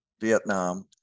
Vietnam